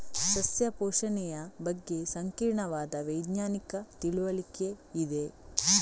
ಸಸ್ಯ ಪೋಷಣೆಯ ಬಗ್ಗೆ ಸಂಕೀರ್ಣವಾದ ವೈಜ್ಞಾನಿಕ ತಿಳುವಳಿಕೆ ಇದೆ